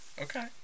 Okay